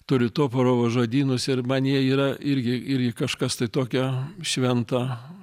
turiu toporovo žodynus ir man jie yra irgi irgi kažkas tai tokio švento